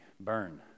burn